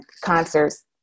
concerts